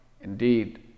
indeed